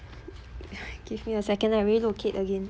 give me a second I relocate again